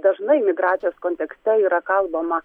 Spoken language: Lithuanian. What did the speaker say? dažnai migracijos kontekste yra kalbama